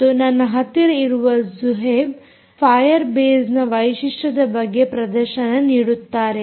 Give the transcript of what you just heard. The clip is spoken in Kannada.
ಮತ್ತು ನನ್ನ ಹತ್ತಿರ ಇರುವ ಜುಹೈಬ್ ಫಾಯರ್ ಬೇಸ್ ವೈಶಿಷ್ಟ್ಯದ ಬಗ್ಗೆ ಪ್ರದರ್ಶನ ನೀಡುತ್ತಾರೆ